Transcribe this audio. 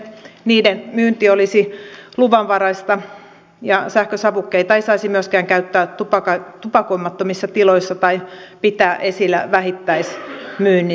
niiden myynti olisi luvanvaraista ja sähkösavukkeita ei saisi myöskään käyttää tupakoimattomissa tiloissa tai pitää esillä vähittäismyynnissä